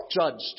judged